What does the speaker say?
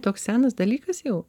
toks senas dalykas jau